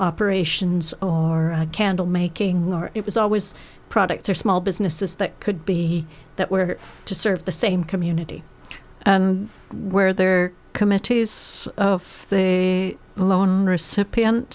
operations or candle making or it was always products or small businesses that could be that were to serve the same community and where there are committees of the recipient